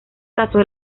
casos